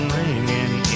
ringing